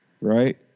right